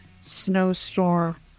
snowstorm